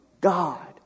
God